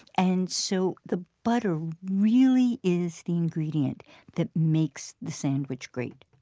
and so the butter really is the ingredient that makes the sandwich great